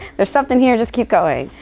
there's something here, just keep going.